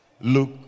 luke